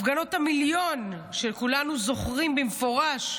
הפגנות המיליון, שכולנו זוכרים במפורש,